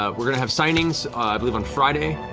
ah we're going to have signings i believe on friday,